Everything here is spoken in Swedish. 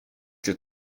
dig